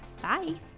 Bye